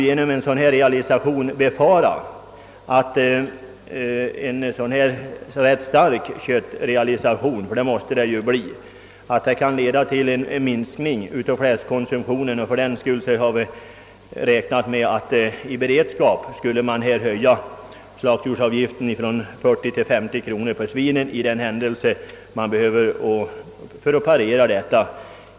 Genom en köttrealisation kan man befara en minskning av fläskkonsumtionen. Fördenskull har vi föreslagit en höjning av slaktdjursavgiften från 40 till 50 kronor för svin.